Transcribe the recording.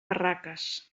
barraques